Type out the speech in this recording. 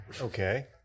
Okay